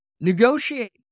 negotiate